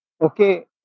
okay